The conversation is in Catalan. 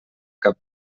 cap